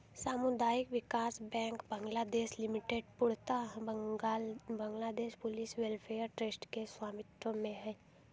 सामुदायिक विकास bank Bangladesh limited पूर्णतः बांग्लादेश पुलिस वेलफेयर ट्रस्ट के स्वामित्व में है